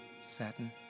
Satin